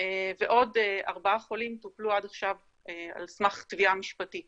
ועוד ארבעה חולים טופלו עד עכשיו על סמך תביעה משפטית